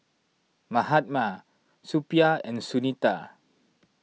Mahatma Suppiah and Sunita